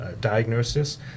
diagnosis